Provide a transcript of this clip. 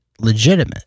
legitimate